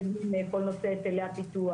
ייכנס כל הנושא של הפיתוח,